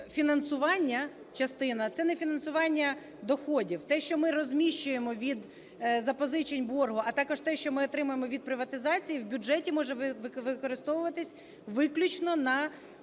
що фінансування, частина, це не фінансування доходів. Те, що ми розміщуємо від запозичень боргу, а також те, що ми отримуємо від приватизації, в бюджеті може використовуватись виключно на